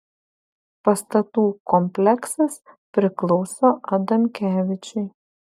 pastatų kompleksas priklauso adamkevičiui